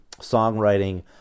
songwriting